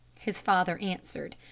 his father answered,